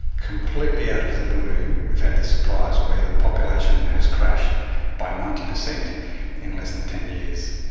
completely out of the blue we've had this surprise where the population has crashed by ninety percent in less than ten years,